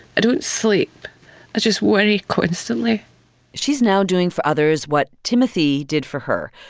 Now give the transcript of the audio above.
i don't sleep. i just worry constantly she's now doing for others what timothy did for her,